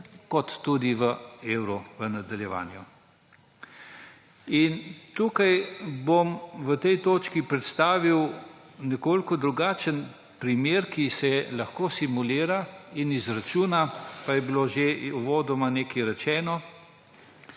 kot tudi v evro v nadaljevanju. Tukaj bom v tej točki predstavil nekoliko drugačen primer, ki se lahko simulira in izračuna, pa je bilo že uvodoma nekaj rečeno.